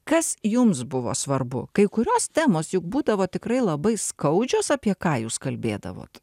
kas jums buvo svarbu kai kurios temos juk būdavo tikrai labai skaudžios apie ką jūs kalbėdavot